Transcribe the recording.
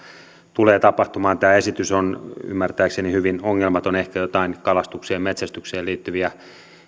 tulee tapahtumaan tämä esitys on ymmärtääkseni hyvin ongelmaton ehkä jotain kalastukseen ja metsästykseen liittyviä